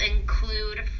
include